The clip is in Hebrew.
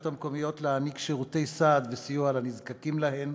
המקומיות לתת שירותי סעד וסיוע לנזקקים להם.